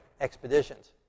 expeditions